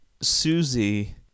Susie